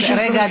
רגע,